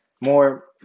more